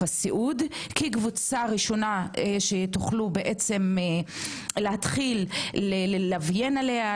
הסיעוד כקבוצה ראשונה שתוכלו להתחיל ללווין עליה,